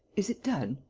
is it done?